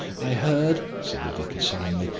i heard, said the vicar solemnly,